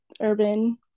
urban